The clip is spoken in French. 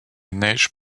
neige